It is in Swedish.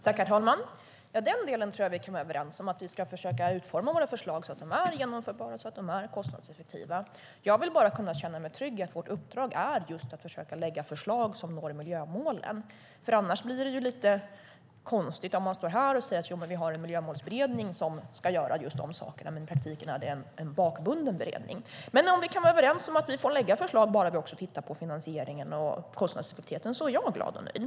Herr talman! Den delen tror jag att vi kan vara överens om, att vi ska försöka utforma våra förslag så att de är genomförbara och kostnadseffektiva. Jag vill bara känna mig trygg i att vårt uppdrag är just att försöka lägga förslag så att vi når miljömålen. Det blir lite konstigt om man står här och säger att vi har en miljömålsberedning som ska göra just dessa saker men att det i praktiken är en bakbunden beredning. Men om vi kan vara överens om att vi får lägga fram förslag om vi också bara tittar på finansieringen och kostnadseffektiviteten är jag glad och nöjd.